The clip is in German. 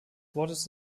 wortes